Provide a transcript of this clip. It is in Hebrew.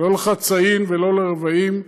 ולא לחצאין ולא לרבעין,